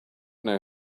know